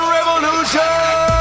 Revolution